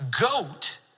Goat